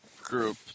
group